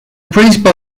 principal